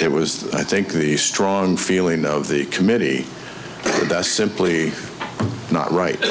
it was i think the strong feeling of the committee that's simply not right